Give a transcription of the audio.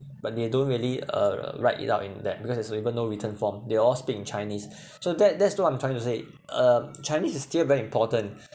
but they don't really uh write it out in that because is even though written form they all speak in chinese so that that's what I'm trying to say uh chinese is still very important